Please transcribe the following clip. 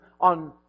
on